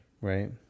Right